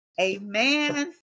amen